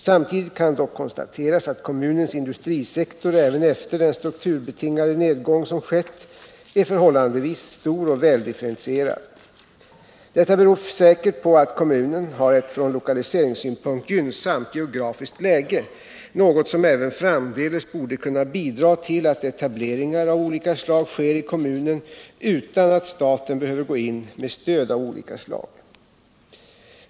Samtidigt kan dock konstateras att kommunens industrisektor även efter den strukturbetingade nedgång som skett är förhållandevis stor och väldifferentierad. Detta beror säkert på att kommunen har ett från lokaliseringssynpunkt gynnsamt geografiskt läge — något som även framdeles borde kunna bidra till att etableringar av olika slag sker i kommunen utan att staten behöver gå in med stöd av olika slag.